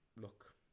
look